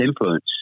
influence